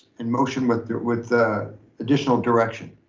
and motion with the with the additional direction.